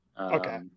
Okay